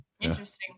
Interesting